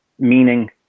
Meaning